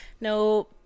No